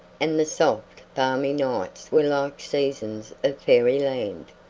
and the soft, balmy nights were like seasons of fairyland.